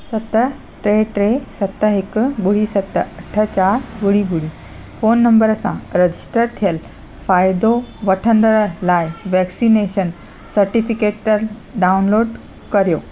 सत टे टे सत हिक ॿुड़ी सत अठ चारि ॿुड़ी ॿुड़ी फोन नंबर सां रजिस्टर थियल फ़ाइदो वठंदड़ लाइ वैक्सनेशन सटिफिकेट डाउनलोड करियो